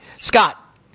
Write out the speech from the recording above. Scott